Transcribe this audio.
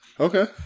Okay